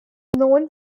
known